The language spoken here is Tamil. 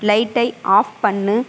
லைட்டை ஆஃப் பண்ணு